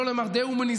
שלא לומר דה-הומניזציה,